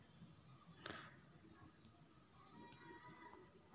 लगक शहर के बजार सेहो दूधक बजार होइत छै